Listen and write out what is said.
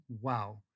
wow